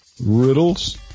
riddles